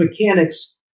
mechanics